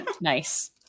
Nice